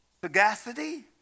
sagacity